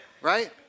Right